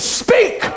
speak